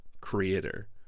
creator